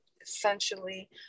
essentially